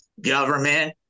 government